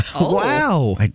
Wow